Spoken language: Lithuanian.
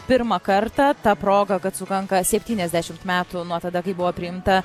pirmą kartą ta proga kad sukanka septyniasdešimt metų nuo tada kai buvo priimta